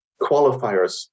qualifiers